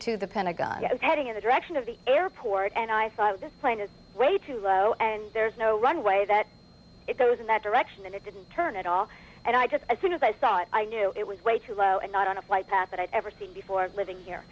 to the pentagon heading in the direction of the airport and i thought i was playing a regular low and there's no runway that it goes in that direction and it didn't turn at all and i just as soon as i thought i knew it was way too low and not on a flight path that i'd ever seen before living here